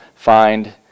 find